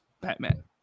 Batman